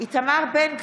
איתמר בן גביר,